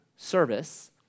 Service